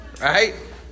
right